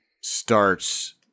starts